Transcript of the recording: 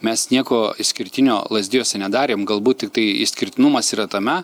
mes nieko išskirtinio lazdijuose nedarėm galbūt tiktai išskirtinumas yra tame